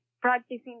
practicing